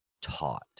taught